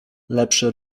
lepszy